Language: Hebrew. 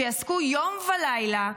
שיעסקו יום ולילה,